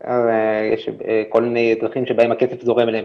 יש כל מיני דרכים שבהן הכסף זורם אליהם.